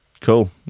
Cool